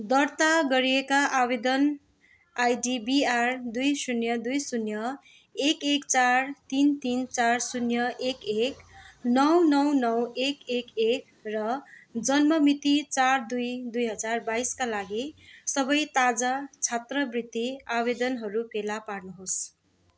दर्ता गरिएका आवेदन आइडी बि आर दुई शून्य दुई शून्य एक एक चार तिन तिन चार शून्य एक एक नौ नौ नौ एक एक एक र जन्म मिति चार दुई दुई हजार बाइसका लागि सबै ताजा छात्रवृत्ति आवेदनहरू फेला पार्नुहोस्